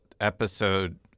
episode